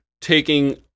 taking